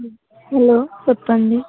hello చెప్పండి